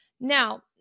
Now